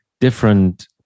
different